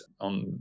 on